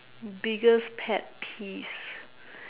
biggest pet peeves